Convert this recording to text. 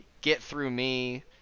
get-through-me